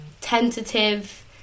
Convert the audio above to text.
tentative